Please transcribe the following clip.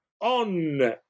on